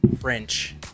French